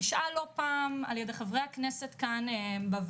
נשאל לא פעם על ידי חברי הכנסת כאן בוועדה